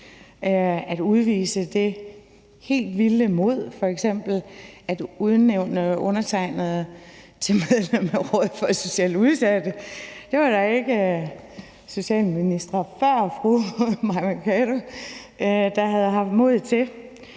at udvise det helt vilde mod at udnævne undertegnede til medlem af Rådet for Socialt Udsatte. Det var der ikke socialministre før fru Mai Mercado, der havde haft mod til.